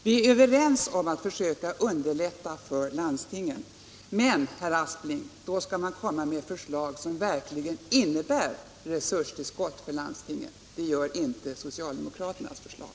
Vi är överens om att försöka underlätta för landstingen, men, herr Aspling, då skall man komma med förslag som verkligen innebär resurstillskott för landstingen. Det gör inte socialdemokraternas förslag.